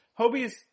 Hobie's